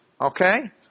Okay